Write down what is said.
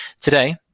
Today